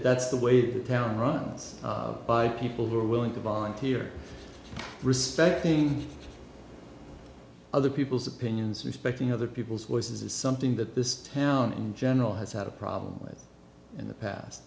that's the way the town runs by people who are willing to volunteer respecting other people's opinions respecting other people's was is something that this town in general has had a problem with in the past